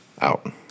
Out